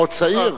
אתה עוד צעיר,